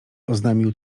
oznajmił